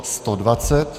120.